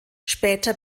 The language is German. später